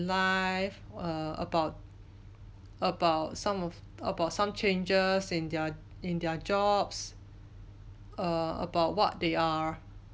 life err about about some of about some changes in their in their jobs err about what they are